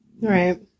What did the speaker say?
Right